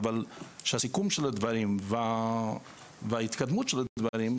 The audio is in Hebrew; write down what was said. שהסיכום של הדברים וההתקדמות של הדברים,